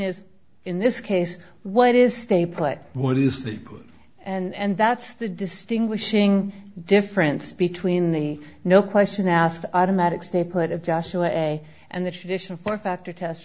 is in this case what is stay put what is the good and that's the distinguishing difference between the no question asked the automatic stay put of joshua a and the traditional form factor test